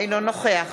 אינו נוכח